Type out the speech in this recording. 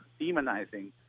demonizing